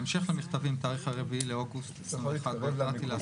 והמשך לכתבי מתאריך ה-4 באוגוסט --- אתה יכול להתקרב למיקרופון?